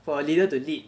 for a leader to lead